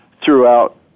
throughout